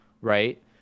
Right